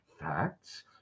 facts